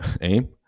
AIM